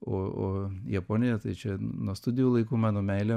o o japonija tai čia nuo studijų laikų mano meilė